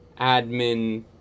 admin